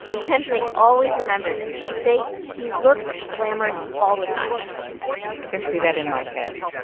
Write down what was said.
and they always remember this they say she looked glamorous all the time i can see that in my head